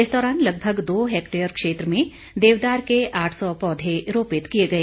इस दौरान लगभग दो हेक्टेयर क्षेत्र में देवदार के आठ सौ पौधे रोपित किए गए